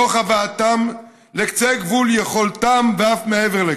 תוך הבאתם לקצה גבול יכולתם ואף מעבר לכך.